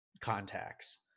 contacts